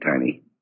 Tiny